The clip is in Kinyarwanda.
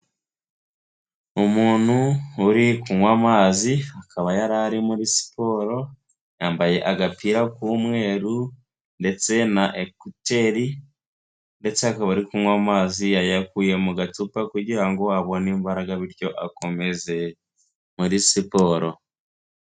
Umuntu uri kunywa amazi, akaba yari ari muri siporo, yambaye agapira k'umweru ndetse na ekuteri ndetse akaba ari kunywa amazi yayakuye mu gacupa kugira ngo abone imbaraga bityo akomeze muri siporo.